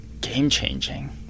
game-changing